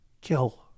Kill